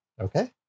Okay